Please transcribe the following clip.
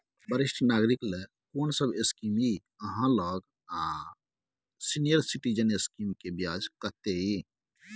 वरिष्ठ नागरिक ल कोन सब स्कीम इ आहाँ लग आ सीनियर सिटीजन स्कीम के ब्याज कत्ते इ?